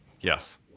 Yes